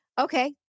okay